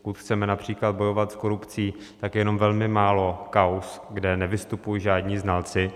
Pokud chceme například bojovat s korupcí, tak je jenom velmi málo kauz, kde nevystupují žádní znalci.